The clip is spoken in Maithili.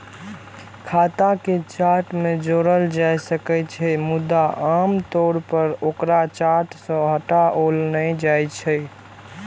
खाता कें चार्ट मे जोड़ल जा सकै छै, मुदा आम तौर पर ओकरा चार्ट सं हटाओल नहि जाइ छै